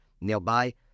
nearby